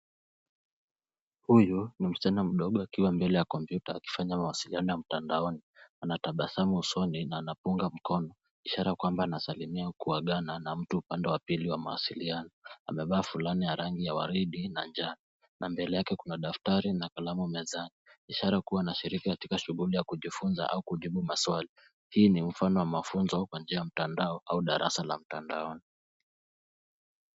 Huyu ni msichana mdogo akiwa mbele ya kompyuta akifanya mawasiliano ya mtandaoni. Ana tabasamu usoni na anapunga mkono, ishara kwamba anasalimia au kuagana na mtu upande wa pili wa mawasiliano. Amevaa fulana ya rangi ya waridi na njano. Na mbele yake kuna daftari na kalamu mezani, ishara kuwa anashiriki katika shughuli ya kujifunza au kujibu maswali. Hii ni mfano wa mafunzo kwa njia ya mtandao au darasa la mtandaoni.